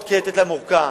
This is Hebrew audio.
לתת להם עוד ארכה,